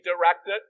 directed